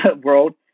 world